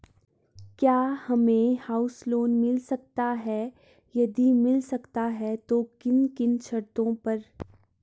क्या हमें house loan मिल सकता है यदि मिल सकता है तो किन किन शर्तों पर?